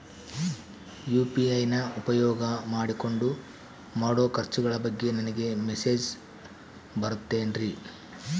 UPI ನ ಉಪಯೋಗ ಮಾಡಿಕೊಂಡು ಮಾಡೋ ಖರ್ಚುಗಳ ಬಗ್ಗೆ ನನಗೆ ಮೆಸೇಜ್ ಬರುತ್ತಾವೇನ್ರಿ?